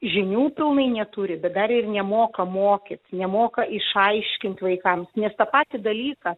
žinių pilnai neturi bet dar ir nemoka mokyti nemoka išaiškinti vaikams nes tą patį dalyką